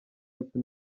y’epfo